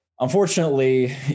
Unfortunately